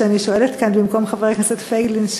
שאני שואלת כאן במקום חבר הכנסת פייגלין,